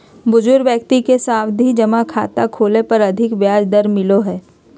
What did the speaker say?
बुजुर्ग व्यक्ति के सावधि जमा खाता खोलय पर अधिक ब्याज दर मिलो हय